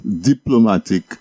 diplomatic